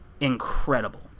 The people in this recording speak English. incredible